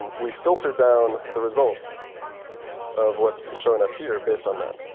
um we filter down the results of what's showing up here based on that.